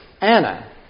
Anna